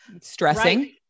Stressing